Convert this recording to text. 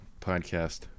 podcast